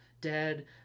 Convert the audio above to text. dead